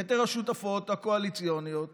יתר השותפות הקואליציוניות